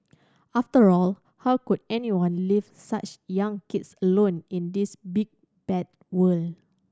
after all how could anyone leave such young kids alone in this big bad world